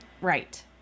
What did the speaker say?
Right